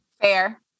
Fair